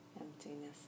emptiness